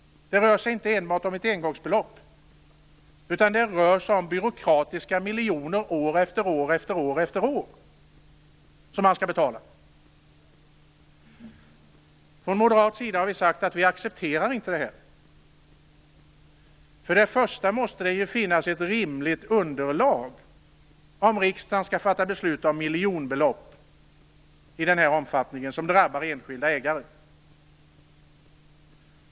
Det rör sig inte enbart om ett engångsbelopp, utan det rör sig om byråkratiska miljoner år efter år som man skall betala. Från moderat sida har vi sagt att vi inte accepterar detta. För det första måste det finnas ett rimligt underlag om riksdagen skall fatta beslut om miljonbelopp i den här omfattningen, som drabbar enskilda ägare.